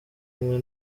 kumwe